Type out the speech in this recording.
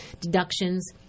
deductions